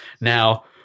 Now